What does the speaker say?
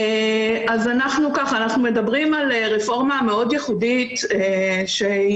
אנחנו מדברים על רפורמה מאוד ייחודית שהיא